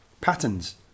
patterns